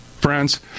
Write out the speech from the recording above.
friends